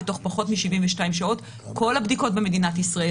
ותוך פחות מ-72 שעות כל הבדיקות במדינת ישראל